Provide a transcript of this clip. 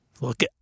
Look